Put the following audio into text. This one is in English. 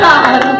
God